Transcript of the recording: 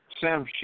Sam